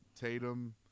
Tatum